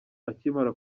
akimara